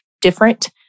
different